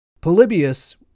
Polybius